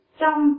trong